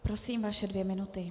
Prosím, vaše dvě minuty.